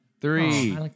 Three